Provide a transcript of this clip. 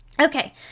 Okay